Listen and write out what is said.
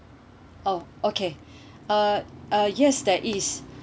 oh okay uh uh yes there is